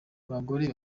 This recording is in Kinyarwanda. abagore